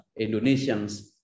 Indonesians